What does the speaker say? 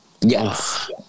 Yes